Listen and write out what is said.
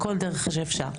בכל דרך שאפשר.